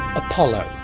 apollo.